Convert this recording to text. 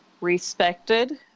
respected